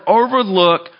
overlook